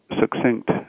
succinct